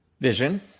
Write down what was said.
vision